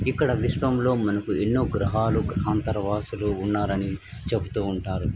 ఇక్కడ విశ్వంలో మనకు ఎన్నో గ్రహాలు గ్రహాంతరవాసులు ఉన్నారని చెప్పుతు ఉంటారు